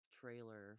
trailer